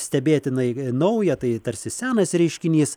stebėtinai nauja tai tarsi senas reiškinys